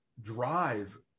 drive